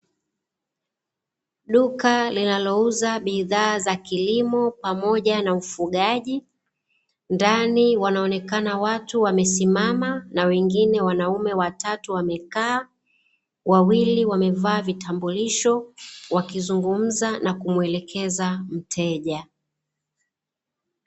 Duka linalouza bidhaa za kilimo pamoja na ufugaji. Ndani wanaonekana watu wamesimama na wengine wanaume watatu wamekaa, wawili wamevaa vitambulisho wakizungumza na kumwelekeza mteja.